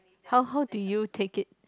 how how do you take it